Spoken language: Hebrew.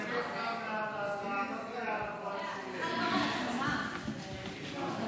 זה